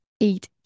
eight